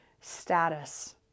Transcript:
status